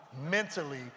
mentally